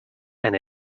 and